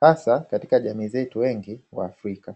hasa katika jamii zetu nyingi kwa Afrika.